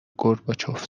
گورباچوف